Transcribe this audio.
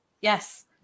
Yes